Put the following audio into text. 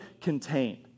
contained